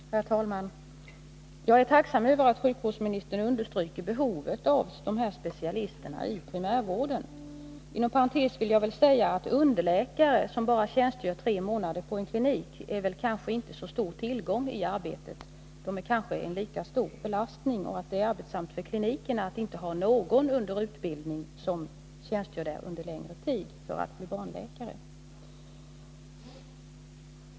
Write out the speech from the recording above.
Herr talman! Jag är tacksam över att sjukvårdsministern understryker behovet av dessa specialister i primärvården. Inom parentes vill jag säga att underläkare, som bara tjänstgör tre månader på en klinik, kanske inte är en så stor tillgång i arbetet, utan de kan i stället vara en belastning. Det är arbetsamt för klinikerna att inte ha någon under utbildning för att bli barnläkare som tjänstgör där under längre tid.